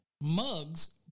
mugs